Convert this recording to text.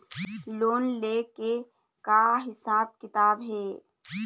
Loan ले के का हिसाब किताब हे?